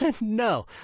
No